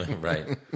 Right